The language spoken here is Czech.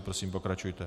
Prosím, pokračujte.